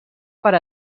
per